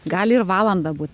gali ir valandą būt